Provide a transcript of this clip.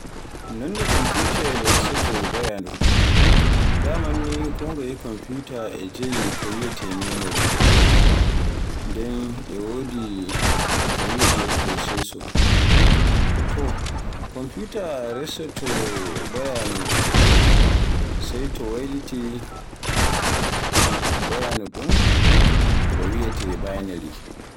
Nonno kompiyutaayel resooto bayaanuji. Daman ni ko njaye kompiyutaawa e jeyi ko wiyeete memory, nden e wodi ko wiyeete processor. To kompiyuta resoto bayaanuji sai to waylitidi ko wiyeete binary.